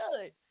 good